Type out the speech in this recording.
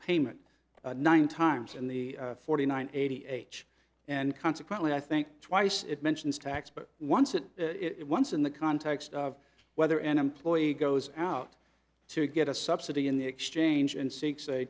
payment nine times in the forty nine eighty eight and consequently i think twice it mentions tax but once it it once in the context of whether an employee goes out to get a subsidy in the exchange and seek